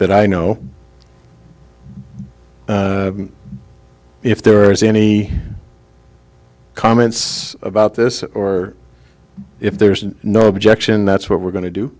that i know if there is any comments about this or if there's no objection that's what we're going to do